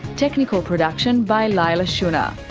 technical production by leila shunnar,